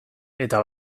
eta